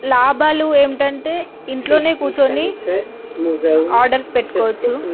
లాభాలు ఏమిటంటే ఇంట్లోనే కూర్చొని ఆర్డర్స్ పెట్టుకోవచ్చు